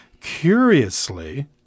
Curiously